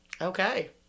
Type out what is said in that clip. Okay